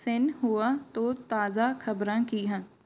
ਸਿਨ ਹੂਆ ਤੋਂ ਤਾਜ਼ਾ ਖ਼ਬਰਾਂ ਕੀ ਹਨ